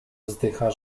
wzdycha